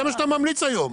וזה מה שאתה ממליץ היום.